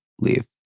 leave